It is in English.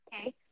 Okay